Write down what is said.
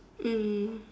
mm